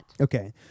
Okay